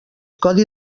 codi